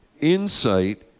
insight